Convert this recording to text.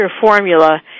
formula